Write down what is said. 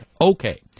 Okay